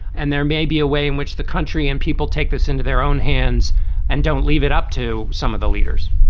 and there may be a way in which the country and people take this into their own hands and don't leave it up to some of the leaders